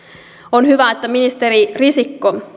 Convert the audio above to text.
on hyvä että ministeri risikko